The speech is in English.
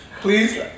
Please